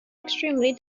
extremely